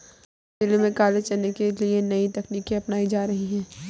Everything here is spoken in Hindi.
तंजौर जिले में काले चने के लिए नई तकनीकें अपनाई जा रही हैं